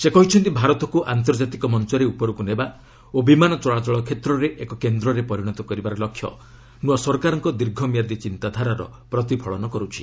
ସେ କହିଛନ୍ତି ଭାରତକୁ ଆନ୍ତର୍ଜାତିକ ମଞ୍ଚରେ ଉପରକୁ ନେବା ଓ ବିମାନ ଚଳାଚଳ କ୍ଷେତ୍ରରେ ଏକ କେନ୍ଦ୍ରରେ ପରିଣତ କରିବାର ଲକ୍ଷ୍ୟ ନୂଆ ସରକାରଙ୍କ ଦୀର୍ଘ ମିଆଦି ଚିନ୍ତାଧାରାର ପ୍ରତିଫଳନ କରୁଛି